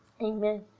Amen